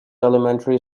elementary